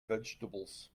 vegetables